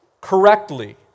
correctly